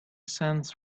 sends